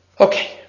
Okay